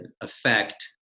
affect